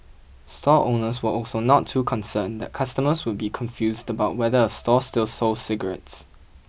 store owners were also not too concerned that customers would be confused about whether a store still sold cigarettes